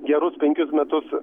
gerus penkis metus